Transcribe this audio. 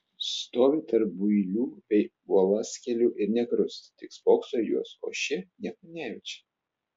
stovi tarp builių bei uolaskėlių ir nė krust tik spokso į juos o šie nieko nejaučia